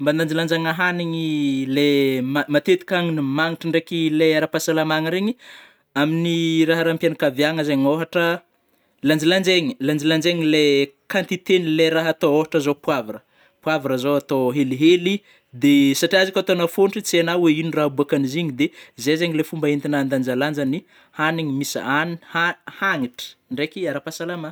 Mba andanjalanjagna hanigny, lai matetika hanigny magnitra ndraiky arapahasalamagna regny, amin'ny raharampianaviagna zegny, ôhatra lanjalanjaigny, lanjalanjaigny lai quantitén'lai raha atô, ôhatra zao poivre, poivre zao atao helihely de satria izy kôa ataonao fôntry tsy haigna oe igno ra aboakan'izigny de zai zegny le fomba entina andanjalanja ny hanigny misy a hani ha- hanitra ndraiky arapahasalamagna.